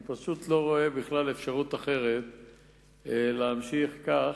אני לא רואה אפשרות אחרת להמשיך כך,